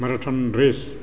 marathon race